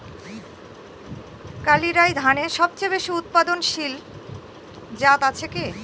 কালিরাই ধানের সবচেয়ে বেশি উৎপাদনশীল জাত আছে কি?